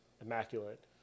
immaculate